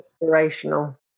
Inspirational